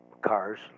cars